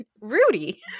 rudy